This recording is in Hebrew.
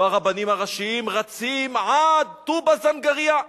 לא הרבנים הראשיים רצים עד טובא זנגרייה,